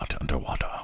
Underwater